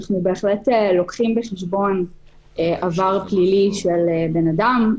אנחנו בהחלט לוקחים בחשבון עבר פלילי של בן אדם,